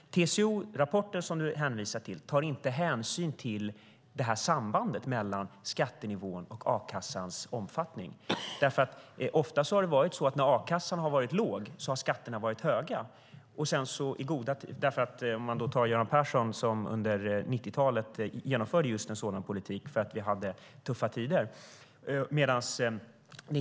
TCO-rapporten du hänvisar till tar inte hänsyn till sambandet mellan skattenivån och a-kassans omfattning. Ofta har det nämligen varit så att skatterna har varit höga när a-kassan har varit låg - vi kan se på Göran Persson som under 1990-talet genomförde just en sådan politik, eftersom vi hade tuffa tider.